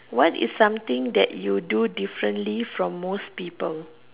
what is something that you do differently from most people